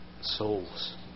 souls